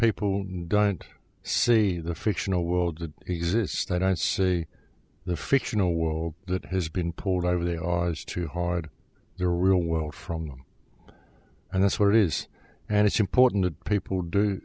people don't see the fictional world that exists that i'd say the fictional world that has been pulled over they are is too hard their real world from them and that's what it is and it's important that people do